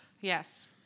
Yes